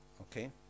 Okay